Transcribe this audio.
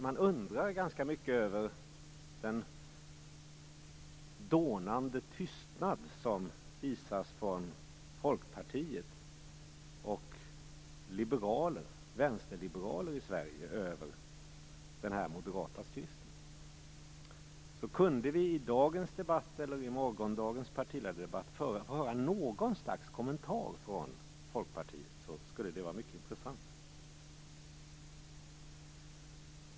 Man undrar ganska mycket över den dånande tystnad som visas från Folkpartiet och vänsterliberaler i Sverige över den moderata skriften. Det skulle vara mycket intressant att i dagens debatt eller i morgondagens partiledardebatt få höra något slags kommentar från Folkpartiet.